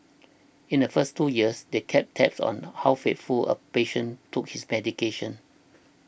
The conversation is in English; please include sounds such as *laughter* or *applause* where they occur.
in the first two years they kept tabs *noise* on how faithfully a patient took his medication